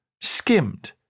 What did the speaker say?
skimmed